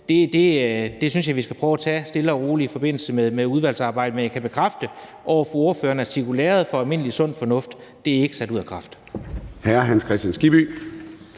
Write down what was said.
synes jeg vi skal prøve at tage stille og roligt i forbindelse med udvalgsarbejdet. Men jeg kan bekræfte over for ordføreren, at cirkulæret for almindelig sund fornuft ikke er sat ud af kraft.